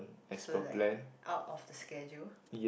so like out of the schedule